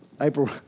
April